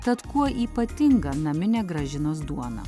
tad kuo ypatinga naminė gražinos duona